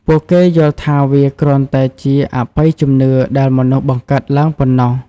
ពួកគេយល់ថាវាគ្រាន់តែជាអបិយជំនឿដែលមនុស្សបង្កើតឡើងប៉ុណ្ណោះ។